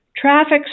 Traffic